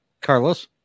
Carlos